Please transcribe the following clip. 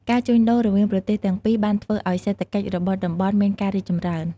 ការជួញដូររវាងប្រទេសទាំងពីរបានធ្វើឱ្យសេដ្ឋកិច្ចរបស់តំបន់មានការរីកចម្រើន។